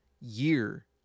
year